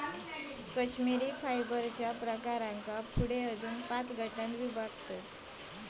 कश्मिरी फायबरच्या प्रकारांका पुढे अजून पाच गटांत विभागतत